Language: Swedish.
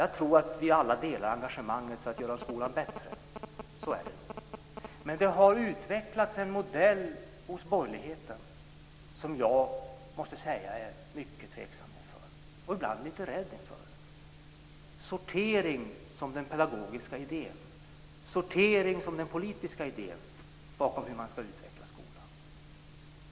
Jag tror att vi alla delar engagemanget för att göra skolan bättre, men det har hos borgerligheten utvecklats en modell som jag måste säga att jag är mycket tveksam till och ibland lite rädd för: sortering som den pedagogiska idén, sortering som den politiska idén bakom hur man ska utveckla skolan.